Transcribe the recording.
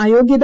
A അയോഗ്യത